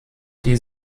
die